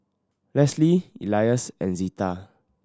Lesly Elias and Zeta